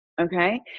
Okay